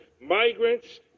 migrants